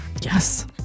yes